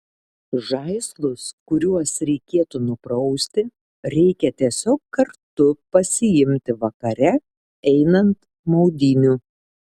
žaislus kuriuos reikėtų nuprausti reikia tiesiog kartu pasiimti vakare einant maudynių